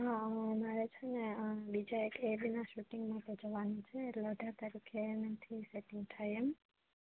હ હ મારે છે ને બીજા એક એડના શૂટિંગ માટે જવાનું છે એટલે અઢાર તારીખે નથી સેટીંગ થાય એમ